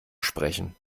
sprechen